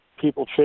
people